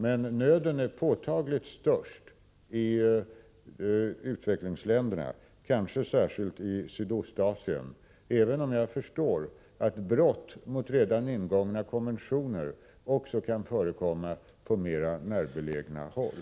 Men nöden är, helt påtagligt, störst i utvecklingsländerna, kanske särskilt i Sydostasien, även om jag förstår att brott mot redan ingångna konventioner kan förekomma även på närmare håll.